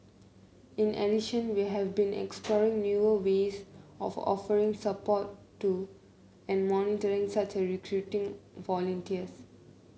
in addition we have been exploring newer ways of offering support to and monitoring such as recruiting volunteers